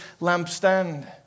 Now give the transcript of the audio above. lampstand